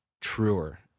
truer